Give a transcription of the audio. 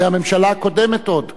זו הממשלה הקודמת עוד.